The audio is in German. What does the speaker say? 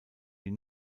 die